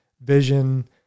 vision